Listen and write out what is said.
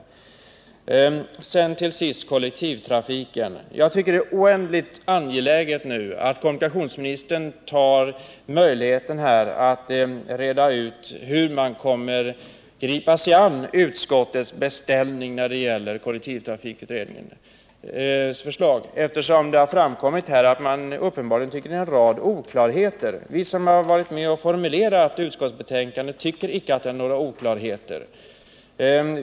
Till sist vill jag säga beträffande frågan om kollektivtrafiken att jag tycker att det är oändligt angeläget att kommunikationsministern nu tar till vara möjligheten att reda ut hur regeringen kommer att gripa sig an utskottets beställning när det gäller kollektivtrafikutredningens förslag. Det har ju framkommit här att man uppenbarligen tycker att det råder en rad oklarheter på den här punkten. Men vi som varit med om att formulera utskottsbetänkandet tycker icke att det råder några oklarheter.